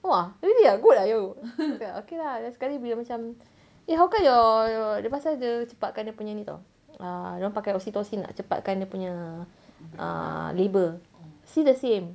!wah! really ah good ah you cakap okay lah then sekali bila macam eh how come your dia pasal dia cepatkan dia punya ni [tau] err dia orang pakai oxytocin lah nak cepatkan dia punya err labour it's still the same